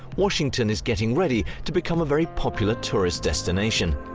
washington is getting ready to become a very popular tourist destination